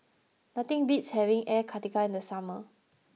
nothing beats having Air Karthira in the summer